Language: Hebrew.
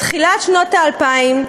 של תחילת שנות האלפיים,